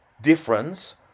difference